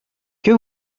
que